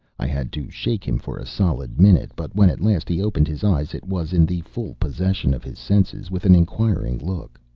i had to shake him for a solid minute, but when at last he opened his eyes it was in the full possession of his senses, with an inquiring look.